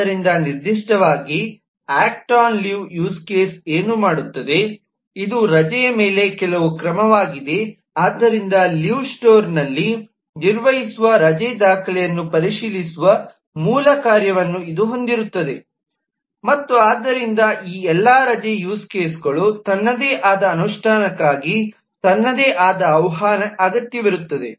ಆದ್ದರಿಂದ ನಿರ್ದಿಷ್ಟವಾಗಿ 'act on leave' use case ಏನು ಮಾಡುತ್ತದೆ ಇದು ರಜೆಯ ಮೇಲೆ ಕೆಲವು ಕ್ರಮವಾಗಿದೆ ಆದ್ದರಿಂದ ಲೀವ್ ಸ್ಟೋರ್ನಲ್ಲಿ ನಿರ್ವಹಿಸುವ ರಜೆ ದಾಖಲೆಯನ್ನು ಪರಿಶೀಲಿಸುವ ಮೂಲ ಕಾರ್ಯವನ್ನು ಇದು ಹೊಂದಿರುತ್ತದೆ ಮತ್ತು ಆದ್ದರಿಂದ ಈ ಎಲ್ಲ ರಜೆ ಯೂಸ್ ಕೇಸ್ಗಳು ತನ್ನದೇ ಆದ ಅನುಷ್ಠಾನಕ್ಕಾಗಿ ತನ್ನದೇ ಆದ ಆಹ್ವಾನ ಅಗತ್ಯವಿರುತ್ತದೆ